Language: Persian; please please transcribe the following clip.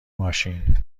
ماشین